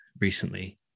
recently